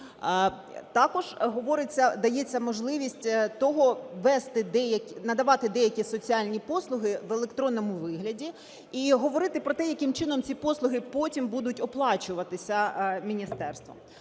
дається можливість того, надавати деякі соціальні послуги в електронному вигляді і говорити про те, яким чином ці послуги потім будуть оплачуватися міністерством.